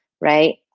Right